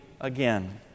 again